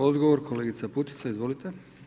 Odgovor kolegica Putica, izvolite.